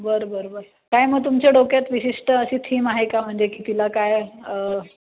बरं बरं बरं काय मं तुमच्या डोक्यात विशिष्ट अशी थीम आहे का म्हणजे की तिला काय